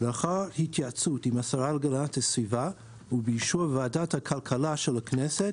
לאחר התייעצות עם השרה להגנת הסביבה ובאישור ועדת הכלכלה של הכנסת,